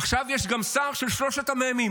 עכשיו יש גם שר של שלוש המ"מים: